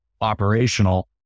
operational